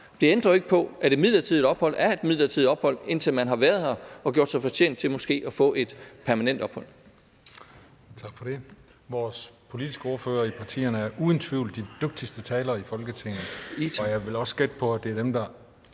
Det ændrer jo ikke på, at et midlertidig ophold er et midlertidig ophold, indtil man har gjort sig fortjent til måske at få et permanent ophold.